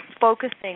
focusing